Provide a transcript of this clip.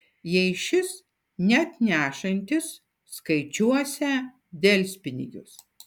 jei šis neatnešiantis skaičiuosią delspinigius